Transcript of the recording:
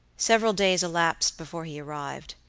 several days elapsed before he arrived.